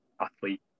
athlete